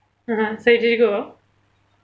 (uh huh) so did you go